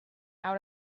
out